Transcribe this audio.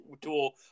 tool